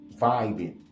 vibing